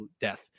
death